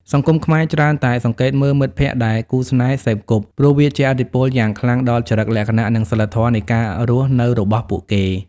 សង្គមខ្មែរច្រើនតែសង្កេតមើល "មិត្តភក្តិ" ដែលគូស្នេហ៍សេពគប់ ព្រោះវាជះឥទ្ធិពលយ៉ាងខ្លាំងដល់ចរិតលក្ខណៈ និងសីលធម៌នៃការរស់នៅរបស់ពួកគេ។